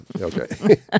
okay